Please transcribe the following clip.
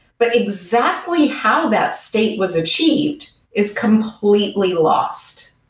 but exactly how that state was achieved is completely lost.